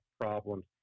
problems